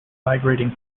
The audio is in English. migrating